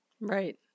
Right